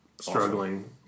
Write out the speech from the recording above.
struggling